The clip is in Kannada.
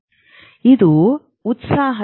ಇದು ಉತ್ಸಾಹದ ಮಿತಿ